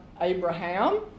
Abraham